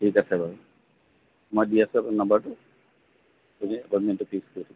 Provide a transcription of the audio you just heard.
ঠিক আছে বাৰু মই দি আছোঁ নাম্বাৰটো আপুনি এপইণতমেণ্টটো ফিক্স কৰি দিয়ক